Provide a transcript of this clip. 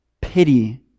pity